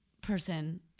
person